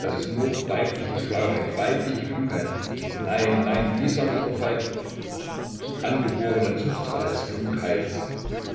daß es nur weibliche schlauheit weibliche klugheit nein nein wie sagte doch falk angeborene